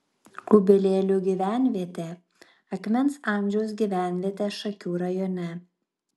kubilėlių gyvenvietė akmens amžiaus gyvenvietė šakių rajone